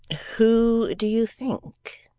who do you think